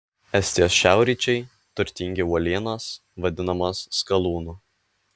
estijos šiaurryčiai turtingi uolienos vadinamos skalūnu